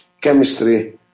chemistry